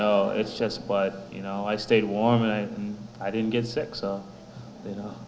know it's just but you know i stayed warm and i didn't get sick so you know